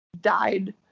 died